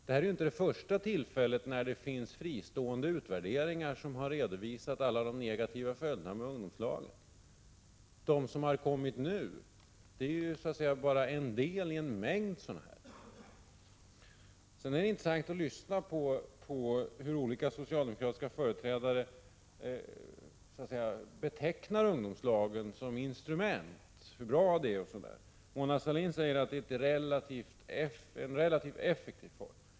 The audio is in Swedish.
Detta är inte det första tillfället då det finns fristående utvärderingar som redovisar alla de negativa följderna av ungdomslagen. Det som har kommit nu är bara en del av en mängd utvärderingar. Det är intressant att lyssna på hur olika socialdemokratiska företrädare betecknar ungdomslagen som instrument, t.ex. hur bra den är. Mona Sahlin säger att det är en relativt effektiv form.